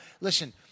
listen